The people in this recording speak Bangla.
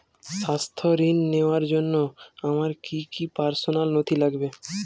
স্বাস্থ্য ঋণ নেওয়ার জন্য আমার কি কি পার্সোনাল নথি লাগবে?